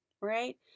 Right